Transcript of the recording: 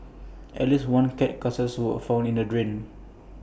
at least one cat carcass was found in A drain